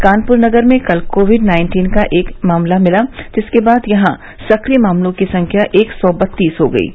कानपुर नगर में कल COVID nineteen का एक मामला मिला जिसके बाद यहां सक्रिय मामलों की संख्या एक सौ बत्तीस हो गई है